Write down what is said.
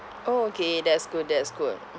oh okay that's good that's good